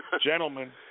Gentlemen